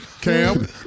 Cam